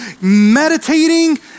meditating